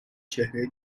چهره